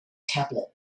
tablet